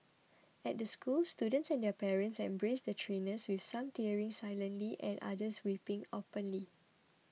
at the school students and their parents embraced the trainers with some tearing silently and others weeping openly